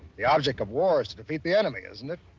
the object of war is to to beat the enemy, isn't it?